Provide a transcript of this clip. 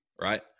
right